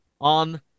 On